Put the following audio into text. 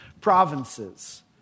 provinces